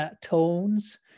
tones